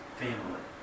family